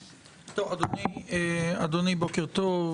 אדוני, בוקר טוב.